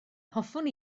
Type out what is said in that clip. hoffwn